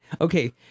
Okay